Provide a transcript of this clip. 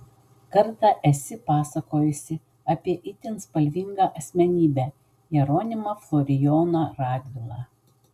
kartą esi pasakojusi apie itin spalvingą asmenybę jeronimą florijoną radvilą